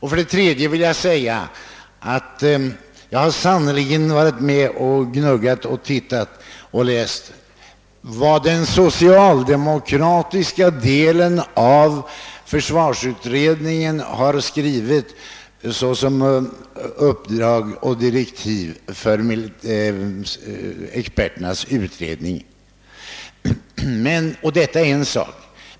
För det tredje har jag varit med och gnuggat och läst vilka direktiv den socialdemokratiska delen av försvarsutredningen har lämnat för experternas utredning. Detta är en sak.